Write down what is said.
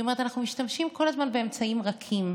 היא אומרת: אנחנו משתמשים כל הזמן באמצעים רכים.